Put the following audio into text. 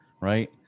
right